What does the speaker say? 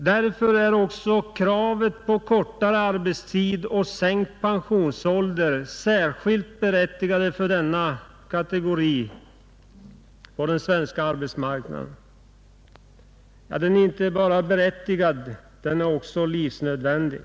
Därför är kraven på kortare arbetstid och sänkt pensionsålder särskilt berättigade för denna kategori på den svenska arbetsmarknaden — ja, inte bara berättigade utan också livsnödvändiga.